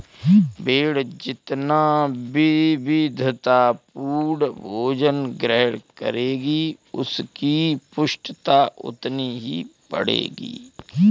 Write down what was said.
भेंड़ जितना विविधतापूर्ण भोजन ग्रहण करेगी, उसकी पुष्टता उतनी ही बढ़ेगी